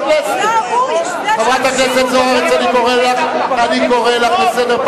טוב, טוב, לא להטיף מוסר לחברים.